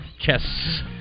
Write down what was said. Chess